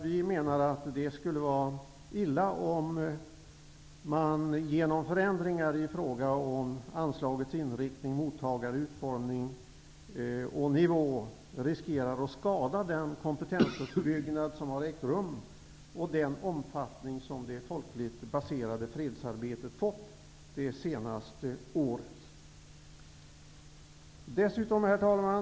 Vi menar att det skulle vara illa om man genom förändringar i fråga om anslagets inriktning, mottagarkrets, utformning och nivå riskerar att skada den kompetensuppbyggnad som har ägt rum och den omfattning som det folkligt baserade fredsarbetet fått det senaste året. Herr talman!